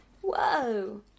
Whoa